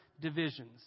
divisions